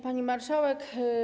Pani Marszałek!